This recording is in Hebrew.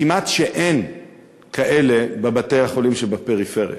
כמעט שאין כאלה בבתי-החולים שבפריפריה.